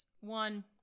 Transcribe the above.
One